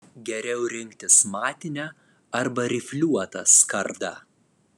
geriau rinktis matinę arba rifliuotą skardą